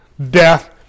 Death